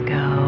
go